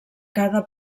cada